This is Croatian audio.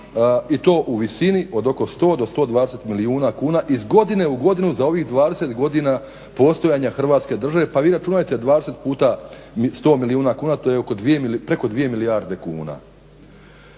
i to u visini od oko 100 do 120 milijuna kuna iz godine u godinu za ovih 20 godina postojanja Hrvatske države. Pa vi računajte 20 puta 100 milijuna kuna to je preko 2 milijarde kuna.